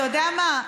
אתה יודע מה?